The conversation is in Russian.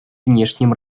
внешним